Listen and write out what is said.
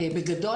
בגדול,